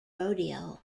rodeo